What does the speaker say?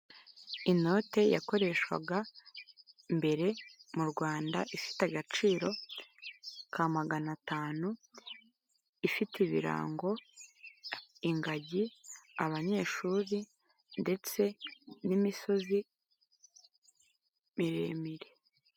Inote yakoreshwaga mbere mu rwanda ifite agaciro ka magana atanu, ifite ibirango ingagi abanyeshuri ndetse n'imisozi miremire.